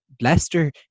Leicester